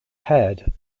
head